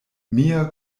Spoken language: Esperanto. mia